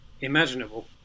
imaginable